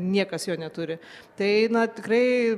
niekas jo neturi tai eina tikrai